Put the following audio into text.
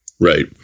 right